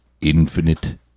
Infinite